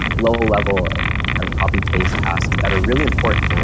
level level ah kind of copy paste tasks that are really important, right?